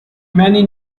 many